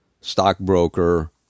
stockbroker